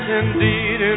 indeed